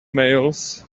mails